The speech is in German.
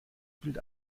bild